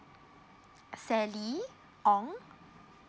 sally ong